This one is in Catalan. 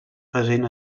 present